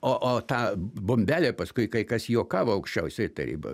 o o tą bombelė paskui kai kas juokavo aukščiausioji taryba